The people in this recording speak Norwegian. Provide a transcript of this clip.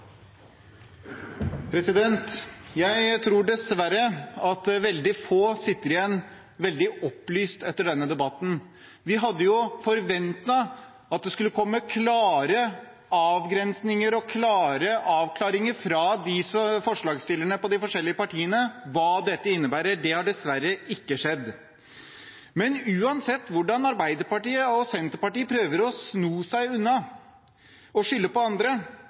Jeg tror dessverre at veldig få sitter igjen veldig opplyst etter denne debatten. Vi hadde forventet at det skulle komme klare avgrensninger og klare avklaringer fra forslagsstillerne i de forskjellige partiene av hva dette innebærer. Det har dessverre ikke skjedd. Men uansett hvordan Arbeiderpartiet og Senterpartiet prøver å sno seg unna og skylde på andre,